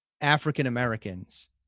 African-Americans